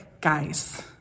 guys